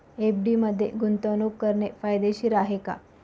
FD मध्ये गुंतवणूक करणे फायदेशीर आहे का?